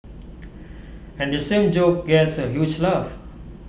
and the same joke gets A huge laugh